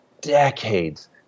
decades